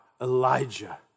Elijah